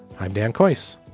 i'm dan course